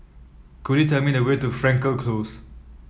could you tell me the way to Frankel Close